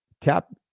Cap